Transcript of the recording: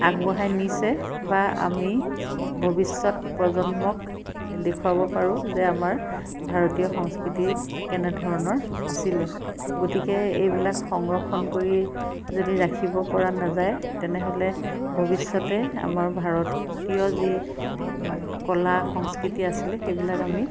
আগবঢ়াই নিছে বা আমি ভৱিষ্যৎ প্ৰজন্মক দেখুৱাব পাৰোঁ যে আমাৰ ভাৰতীয় সংস্কৃতি কেনেধৰণৰ আছিলে গতিকে এইবিলাক সংৰক্ষণ কৰি যদি ৰাখিব পৰা নাযায় তেনেহ'লে ভৱিষ্যতে আমাৰ ভাৰতীয় যি কলা সংস্কৃতি আছিলে সেইবিলাক আমি